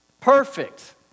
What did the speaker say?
Perfect